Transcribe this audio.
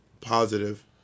positive